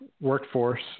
workforce